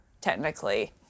technically